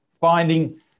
finding